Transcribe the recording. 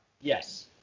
Yes